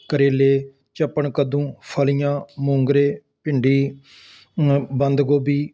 ਕਰੇਲੇ ਚੱਪਣ ਕੱਦੂ ਫਲੀਆਂ ਮੂੰਗਰੇ ਭਿੰਡੀ ਬੰਦ ਗੋਭੀ